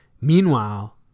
Meanwhile